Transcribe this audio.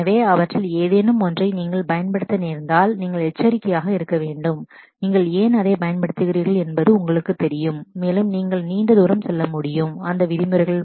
எனவே அவற்றில் ஏதேனும் ஒன்றை நீங்கள் பயன்படுத்த நேர்ந்தால் நீங்கள் எச்சரிக்கையாக இருக்க வேண்டும் நீங்கள் ஏன் அதைப் பயன்படுத்துகிறீர்கள் என்பது உங்களுக்குத் தெரியும் மேலும் நீங்கள் நீண்ட தூரம் செல்ல முடியும் அந்த விதிமுறைகள்